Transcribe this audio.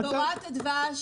דבורת הדבש